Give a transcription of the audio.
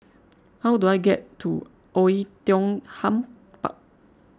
how do I get to Oei Tiong Ham Park